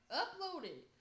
uploaded